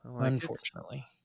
unfortunately